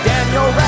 Daniel